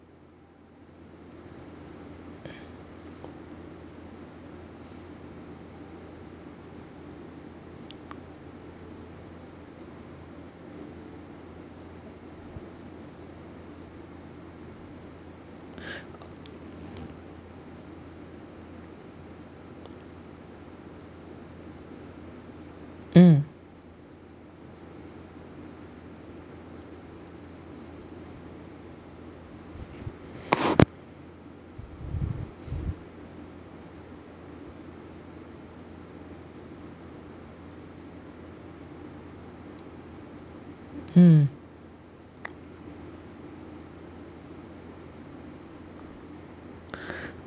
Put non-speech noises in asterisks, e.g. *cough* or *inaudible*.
*noise* *breath* *noise* mm mm *noise* *breath*